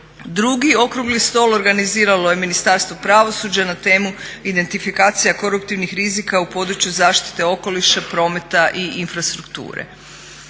Drugi okrugli stol organiziralo je Ministarstvo pravosuđa na temu identifikacija koruptivnih rizika u području zaštite okoliša, prometa i infrastrukture.